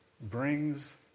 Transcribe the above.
brings